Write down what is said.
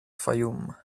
fayoum